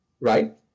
right